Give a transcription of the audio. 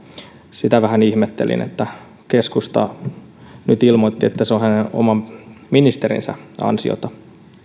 sitä vähän ihmettelin että keskusta nyt ilmoitti että se on heidän oman ministerinsä ansiota